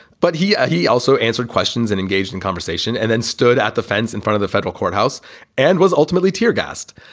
but he ah he also also answered questions and engaged in conversation and then stood at the fence in front of the federal courthouse and was ultimately tear gassed.